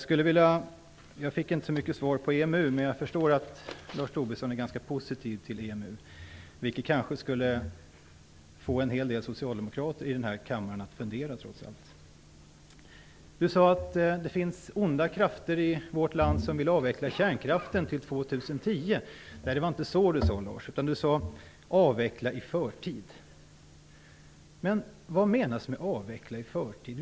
Jag fick inte så mycket svar på frågan om EMU. Men jag förstår att Lars Tobisson är ganska positiv till EMU, vilket kanske skulle få en hel del socialdemokrater i den här kammaren att fundera trots allt. Lars Tobisson sade att det finns onda krafter i vårt land som vill avveckla kärnkraften till år 2010. Nej, det var inte så Lars Tobisson sade. Han sade "avveckla i förtid". Men vad menas med att avveckla i förtid?